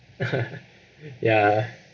ya